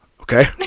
Okay